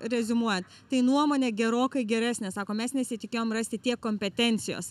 reziumuot tai nuomonė gerokai geresnė sako mes nesitikėjom rasti tiek kompetencijos